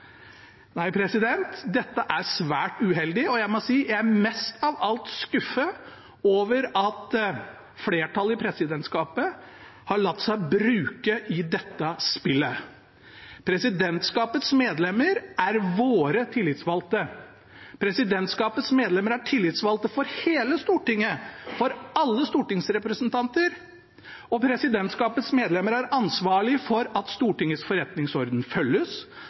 Nei, president, dette er svært uheldig, og jeg må si jeg er mest av alt skuffet over at flertallet i presidentskapet har latt seg bruke i dette spillet. Presidentskapets medlemmer er våre tillitsvalgte. Presidentskapets medlemmer er tillitsvalgte for hele Stortinget, for alle stortingsrepresentanter. Og presidentskapets medlemmer er ansvarlig for at Stortingets forretningsorden følges,